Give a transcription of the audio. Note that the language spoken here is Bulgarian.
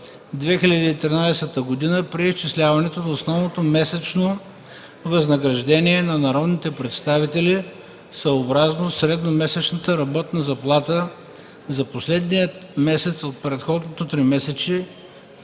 2013 г. преизчисляването на основното месечно възнаграждение на народните представители съобразно средномесечната работна заплата за последния месец от предходното тримесечие,